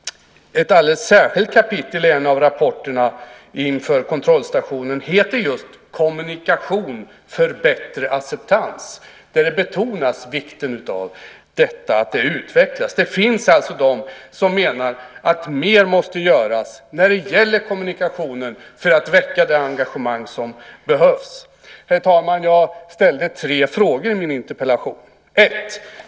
Ett alldeles särskilt kapitel i en av rapporterna inför kontrollstationen heter just Kommunikation för bättre acceptans. Där betonas vikten av utveckling. Det finns alltså de som menar att mer måste göras när det gäller kommunikationen för att väcka det engagemang som behövs. Herr talman! Jag ställde tre frågor i min interpellation: 1.